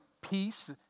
peace